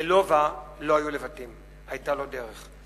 ללובה לא היו לבטים, היתה לו דרך.